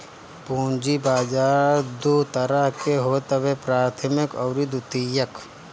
पूंजी बाजार दू तरह के होत हवे प्राथमिक अउरी द्वितीयक